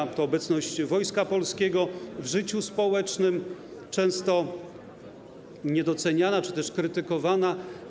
To również obecność Wojska Polskiego w życiu społecznym, często niedoceniana czy też krytykowana.